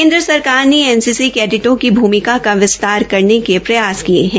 केन्द्र सरकार ने एनसीसी कैडेटो की भूमिका का विस्तार करने के प्रयास किये है